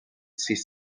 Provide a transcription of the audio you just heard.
sis